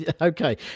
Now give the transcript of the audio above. Okay